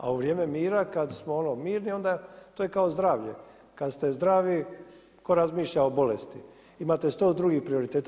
A u vrijeme mira, kada smo ono mirni onda, to je kao zdravlje, kada te zdravi tko razmišlja o bolesti, imate sto drugih prioriteta.